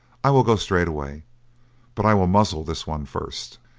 i will go straightway but i will muzzle this one first.